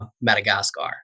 Madagascar